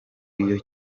iyo